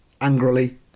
angrily